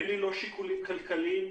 אין לי שיקולים כלכליים.